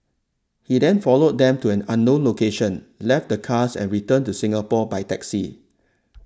he then followed them to an unknown location left the cars and returned to Singapore by taxi